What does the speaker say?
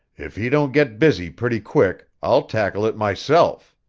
if he don't get busy pretty quick, i'll tackle it myself.